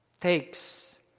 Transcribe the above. takes